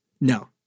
No